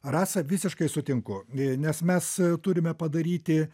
rasa visiškai sutinku nes mes turime padaryti